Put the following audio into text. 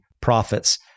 prophets